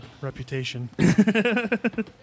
reputation